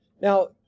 Now